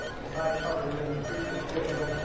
as i covered in a previous video,